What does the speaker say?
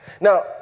Now